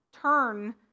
turn